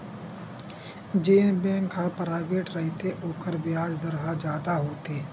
जेन बेंक ह पराइवेंट रहिथे ओखर बियाज दर ह जादा होथे